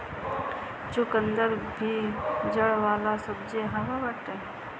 चुकंदर भी जड़ वाला सब्जी हअ